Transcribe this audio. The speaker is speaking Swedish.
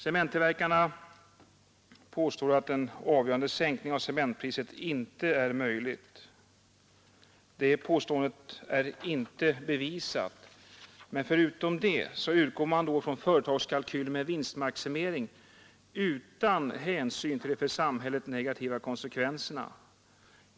Cementtillverkarna påstår att en avgörande sänkning av cementpriset inte är möjlig. Det är inte bevisat. Dessutom utgår man då från företagskalkyler med vinstmaximering utan hänsyn till de för samhället negativa konsekvenserna.